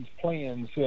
plans –